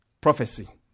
prophecy